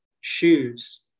shoes